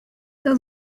the